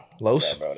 Los